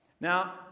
Now